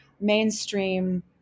mainstream